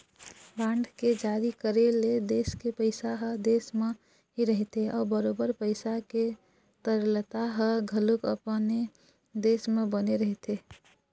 bond के जारी करे ले देश के पइसा ह देश म ही रहिथे अउ बरोबर पइसा के तरलता ह घलोक अपने देश म बने रहिथे